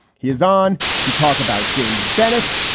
he is on to talk about james bennett.